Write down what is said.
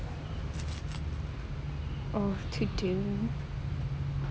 oh tudung